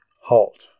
Halt